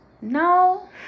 no